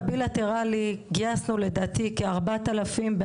אבל גייסנו לדעתי כ-4,000 עובדים בהסכם הבילטרלי,